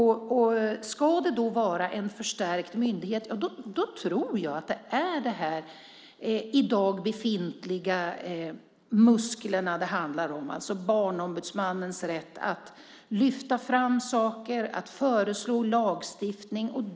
Om det ska vara en förstärkt myndighet tror jag att det är de i dag befintliga musklerna det handlar om, det vill säga Barnombudsmannens rätt att lyfta fram saker, att föreslå lagstiftning.